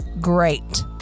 great